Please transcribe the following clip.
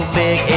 big